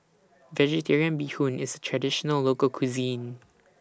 Vegetarian Bee Hoon IS A Traditional Local Cuisine